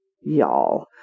Y'all